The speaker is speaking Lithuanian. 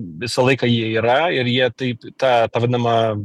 visą laiką jie yra ir jie taip tą ta vadinama